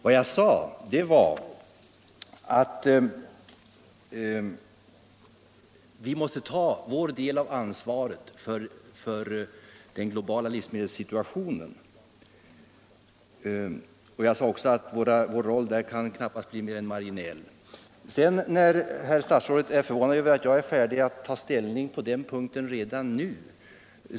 Vad jag sade var att vi måste ta vår del av ansvaret för den globala livsmedelssituationen. Jag sade också att vår roll därvidlag knappast kan bli mer än marginell. Herr statsrådet var förvånad över att jag var beredd att ta ställning på den punkten redan nu.